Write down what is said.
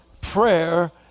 prayer